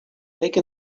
take